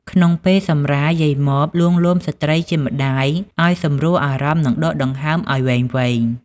ក្នុងពេលសម្រាល យាយម៉បលួងលោមស្ត្រីជាម្ដាយឱ្យសម្រួលអារម្មណ៍ និង ដកដង្ហើមឱ្យវែងៗ។